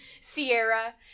Sierra